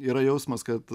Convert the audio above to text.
yra jausmas kad